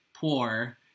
poor